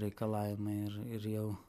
reikalavimai ir ir jau